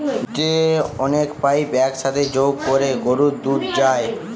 যে অনেক পাইপ এক সাথে যোগ কোরে গরুর দুধ যায়